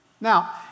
Now